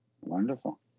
Wonderful